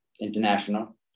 International